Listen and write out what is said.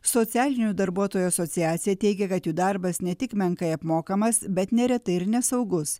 socialinių darbuotojų asociacija teigia kad jų darbas ne tik menkai apmokamas bet neretai ir nesaugus